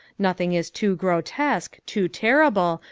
nothing is too grotesque, too terrible,